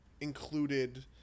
included